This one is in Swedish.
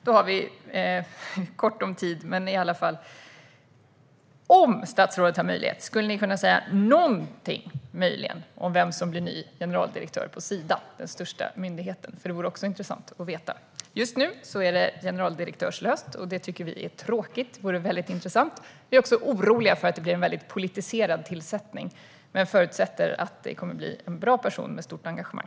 Skulle statsrådet möjligen, trots att tiden är kort, kunna säga någonting om vem som blir ny generaldirektör på Sida? Det är den största myndigheten. Det vore intressant att veta. Just nu är det generaldirektörslöst, och det tycker vi är tråkigt. Vi är också oroliga för att det ska bli en väldigt politiserad tillsättning, men vi förutsätter att det kommer att bli en bra person med stort engagemang.